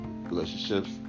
relationships